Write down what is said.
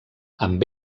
amb